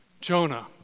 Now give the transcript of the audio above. Jonah